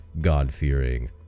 God-fearing